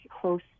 close